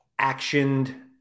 actioned